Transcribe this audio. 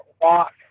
walk